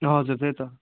हजुर त्यही त